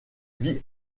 vit